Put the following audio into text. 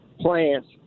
plants